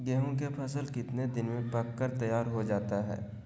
गेंहू के फसल कितने दिन में पक कर तैयार हो जाता है